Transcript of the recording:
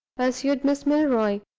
pursued miss milroy,